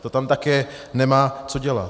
To tam také nemá co dělat.